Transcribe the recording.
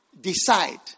decide